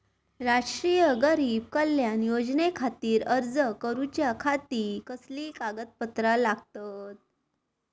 राष्ट्रीय गरीब कल्याण योजनेखातीर अर्ज करूच्या खाती कसली कागदपत्रा लागतत?